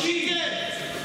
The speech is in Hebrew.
היא כן,